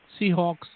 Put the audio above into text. Seahawks